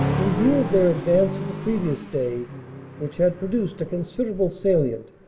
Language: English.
in view of their advance of the previous day which had produced a consider able salient,